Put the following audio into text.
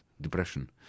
depression